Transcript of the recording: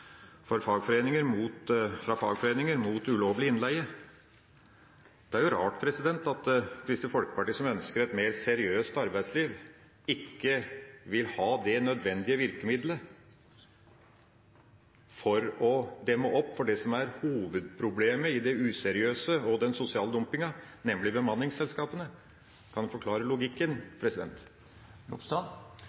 for fagforeninger mot ulovlig innleie. Det er rart at Kristelig Folkeparti, som ønsker et mer seriøst arbeidsliv, ikke vil ha det nødvendige virkemidlet for å demme opp for det som er hovedproblemet med det useriøse og den sosiale dumpinga, nemlig bemanningsselskapene. Kan representanten forklare logikken?